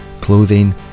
clothing